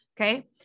Okay